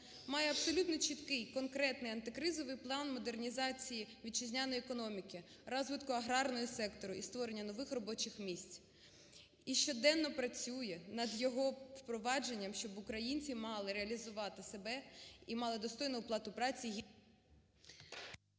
має абсолютно чіткий і конкретний антикризовий план модернізації вітчизняної економіки, розвитку аграрного сектору і створення нових робочих місць. І щоденно працює над його впровадженням, щоб українці мали реалізувати себе і мали достойну оплату праці…